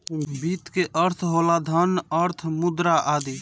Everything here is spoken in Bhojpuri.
वित्त के अर्थ होला धन, अर्थ, मुद्रा आदि